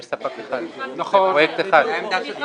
יש ספק אחד, פרויקט אחד.